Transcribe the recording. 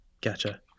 gotcha